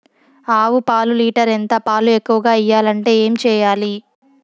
ఆవు పాలు లీటర్ ఎంత? పాలు ఎక్కువగా ఇయ్యాలంటే ఏం చేయాలి?